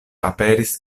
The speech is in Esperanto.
aperis